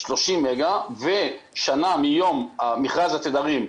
30 מגה ושנה מיום מכרז התדרים,